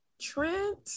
Trent